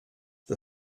the